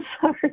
sorry